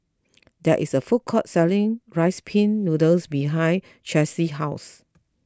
there is a food court selling Rice Pin Noodles behind Chelsi's house